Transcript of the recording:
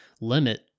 limit